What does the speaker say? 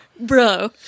Bro